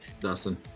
Dustin